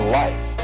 life